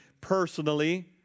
personally